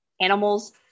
animals